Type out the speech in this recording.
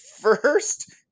first